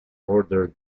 ordered